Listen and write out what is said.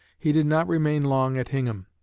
he did not remain long at hingham,